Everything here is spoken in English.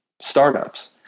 startups